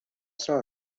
saw